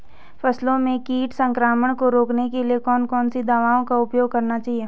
फसलों में कीट संक्रमण को रोकने के लिए कौन कौन सी दवाओं का उपयोग करना चाहिए?